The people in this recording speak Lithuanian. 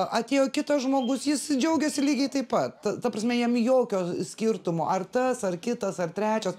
atėjo kitas žmogus jis džiaugiasi lygiai taip pat ta prasme jam jokio skirtumo ar tas ar kitas ar trečias